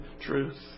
truth